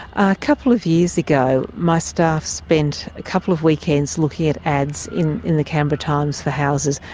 a couple of years ago my staff spent a couple of weekends looking at ads in in the canberra times for houses,